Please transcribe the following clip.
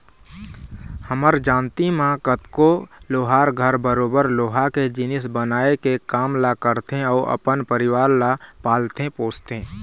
हमर जानती म कतको लोहार घर बरोबर लोहा के जिनिस बनाए के काम ल करथे अउ अपन परिवार ल पालथे पोसथे